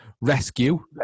rescue